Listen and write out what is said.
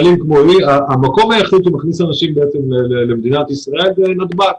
המקום היחיד שמכניס אנשים למדינת ישראל, זה נתב"ג.